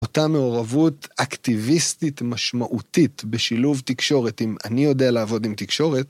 אותה מעורבות אקטיביסטית משמעותית בשילוב תקשורת, אם אני יודע לעבוד עם תקשורת,